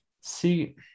See